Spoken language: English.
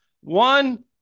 One